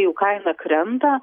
jų kaina krenta